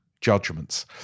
judgments